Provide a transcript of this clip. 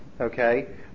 okay